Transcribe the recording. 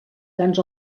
grans